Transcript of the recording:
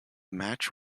match